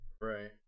Right